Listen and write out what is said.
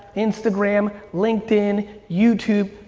instagram, linkedin, youtube,